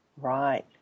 Right